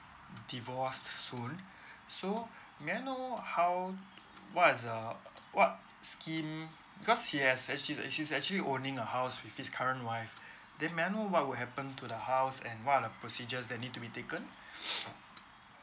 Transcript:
divorce soon so may I know how what is the what scheme because he has actually uh he's actually owning a house with his current wife then may I know what would happen to the house and what are the procedures that need to be taken